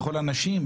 בכל הנשים,